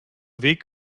weg